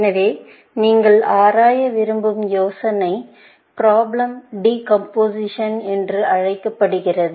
எனவே நீங்கள் ஆராய விரும்பும் யோசனை ப்ராப்லம் டிகம்போசிஷன் என்று அழைக்கப்படுகிறது